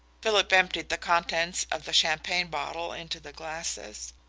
philip emptied the contents of the champagne bottle into the glasses.